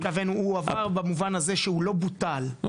הוא עבר במובן הזה שהוא לא בוטל, נגרר,